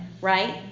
right